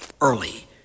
early